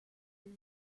une